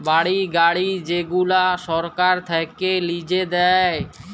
বাড়ি, গাড়ি যেগুলা সরকার থাক্যে লিজে দেয়